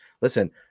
listen